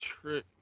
trick